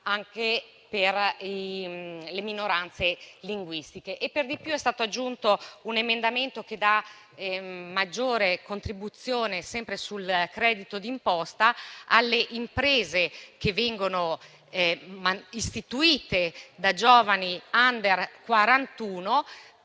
anche per le minoranze linguistiche. È stato aggiunto inoltre un emendamento che dà maggiore contribuzione, sempre sul credito d'imposta, alle imprese che vengono istituite da giovani *under*